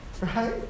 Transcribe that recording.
right